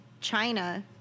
China